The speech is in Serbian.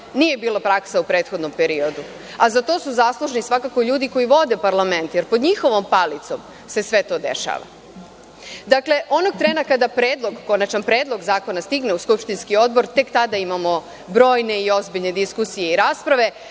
nije bila praksa u prethodnom periodu, a za to su zaslužni svakako ljudi koji vode parlament, jer pod njihovom palicom se sve to dešava. Onog trena kada konačan predlog zakona stigne u skupštinski odbor tek tada imamo brojne i ozbiljne diskusije i rasprave,